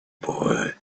boy